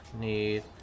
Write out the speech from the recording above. need